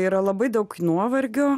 yra labai daug nuovargio